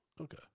Okay